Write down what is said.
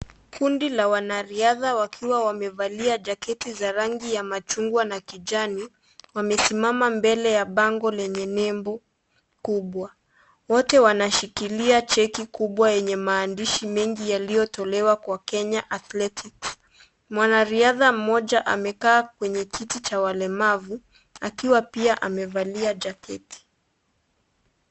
Kundi la wanariadha wakiwa wamevalia jaketi cha machungwa na kijani, wamesimama mbele ya bango lenye nembo kubwa. Wote wanashikilia cheki kubwa yenye maandishi mingi yaliyotolewa Kwa Kenya athletics. Mwanariadha mmoja amekaa kwenye kiti cha walemavu akiwa pia amevalia jaketi.